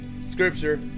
Scripture